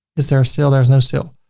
is there a sale? there's no sale.